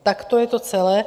Tak to je to celé.